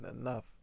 enough